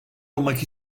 olmak